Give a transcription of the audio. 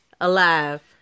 Alive